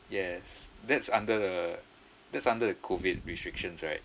yes that's under the that's under the COVID restrictions right